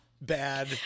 bad